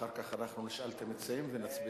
אחר כך אנחנו נשאל את המציעים ונצביע.